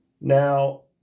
now